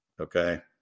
okay